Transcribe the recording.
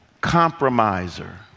compromiser